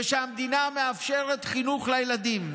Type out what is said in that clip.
ושהמדינה מאפשרת חינוך לילדים.